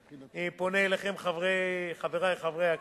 אני פונה אליכם, חברי חברי הכנסת,